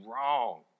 wrong